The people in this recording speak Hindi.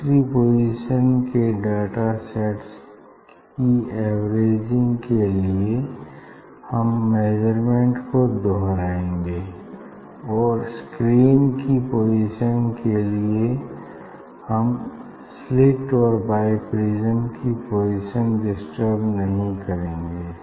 दूसरी पोजीशन के डाटा सेट्स की एवरेजिंग के लिए हम मेज़रमेंट को दोहराएंगे और स्क्रीन की पोजीशन के लिए हम स्लिट और बाईप्रिज्म की पोजीशन डिस्टर्ब नहीं करेंगे